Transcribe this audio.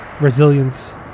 Resilience